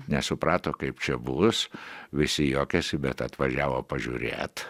nesuprato kaip čia bus visi juokėsi bet atvažiavo pažiūrėt